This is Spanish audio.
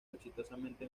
exitosamente